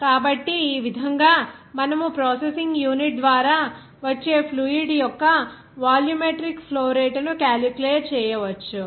కాబట్టి ఈ విధంగా మనము ప్రాసెసింగ్ యూనిట్ ద్వారా వచ్చే ఫ్లూయిడ్ యొక్క వాల్యూమెట్రిక్ ఫ్లో రేటు ను క్యాలిక్యులేట్ చేయవచ్చు